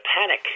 panic